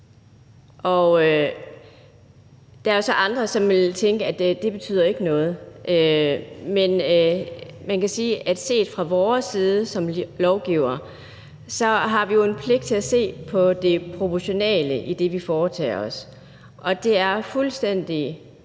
Der er jo så andre, som vil tænke, at det betyder ikke noget. Man kan sige, at set fra vores side som lovgivere har vi jo en pligt til at se på det proportionale i det, vi foretager os, og det er fuldstændig